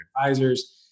advisors